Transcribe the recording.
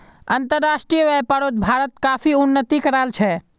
अंतर्राष्ट्रीय व्यापारोत भारत काफी उन्नति कराल छे